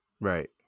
Right